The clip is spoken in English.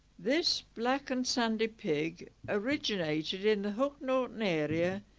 this black and sandy pig originated in the hook norton area.